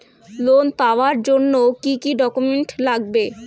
Loan পাওয়ার জন্যে কি কি ডকুমেন্ট লাগবে?